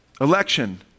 election